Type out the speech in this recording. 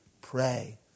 Pray